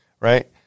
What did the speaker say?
right